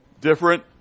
Different